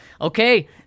Okay